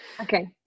Okay